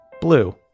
blue